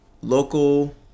local